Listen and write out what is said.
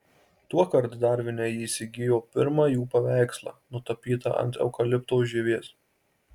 tuokart darvine ji įsigijo pirmą jų paveikslą nutapytą ant eukalipto žievės